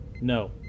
No